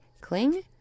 cling